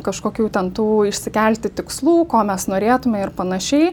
kažkokių ten tų išsikelti tikslų ko mes norėtume ir panašiai